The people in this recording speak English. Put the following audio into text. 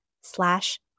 slash